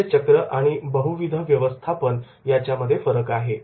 कार्यचक्र आणि बहुविध व्यवस्थापन याच्यामध्ये फरक आहे